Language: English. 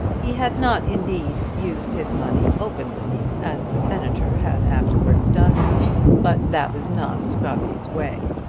he had not, indeed, used his money openly, as the senator had afterwards done but that was not scrobby's way.